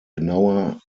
genauer